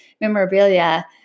memorabilia